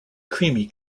creamy